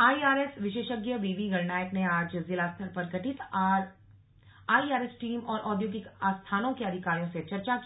IRS विशेषज्ञ B B Gananayak ने आज जिला स्तर पर गठित आईआरएस टीम और औद्योगिक आस्थानों के अधिकारियों से चर्चा की